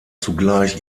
zugleich